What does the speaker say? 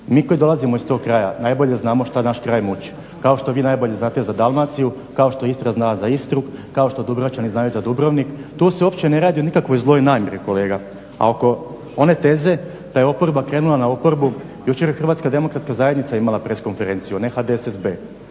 Mi koji dolazimo iz tog kraja, najbolje znamo šta naš kraj muči, kao što vi najbolje znate za Dalmaciju, kao što Istra zna za Istru, kao što Dubrovčani znaju za Dubrovnik, tu se uopće ne radi o nikakvoj zloj namjeri kolega a oko one teze da je oporba krenula na oporbu, jučer je HDZ imala pres konferenciju ne HDSSB.